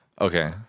Okay